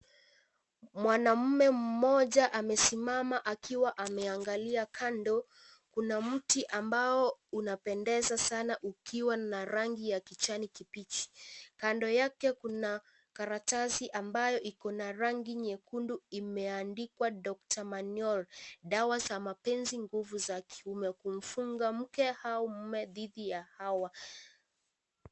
Mwanaume mmoja amesimama akiwa ameangalia kando, kuna mti ambao unapendeza sana ukiwa na rangi ya kijani kibichi, kando yake kuna karatasi ambayo iko na rangi nyekundu imeandikwa Dr. Miniori dawa za mapenzi nguvu za kiume, kumfungamke au mume dhidi ya hawa.